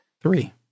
Three